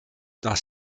dans